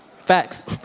Facts